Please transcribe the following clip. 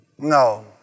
No